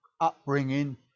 upbringing